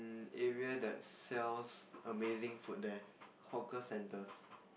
area that sells amazing food there hawker centres